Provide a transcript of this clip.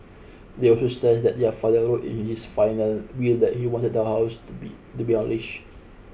they also stressed that their father wrote in his final will that he wanted the house to be to be unleash